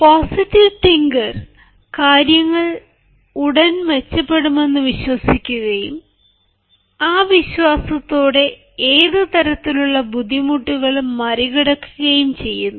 positive thinker കാര്യങ്ങൾ ഉടൻ മെച്ചപ്പെടുമെന്ന് വിശ്വസിക്കുകയും ആ വിശ്വാസത്തോടെ ഏത് തരത്തിലുള്ള ബുദ്ധിമുട്ടുകളും മറികടക്കുകയും ചെയ്യുന്നു